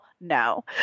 No